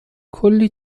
کلی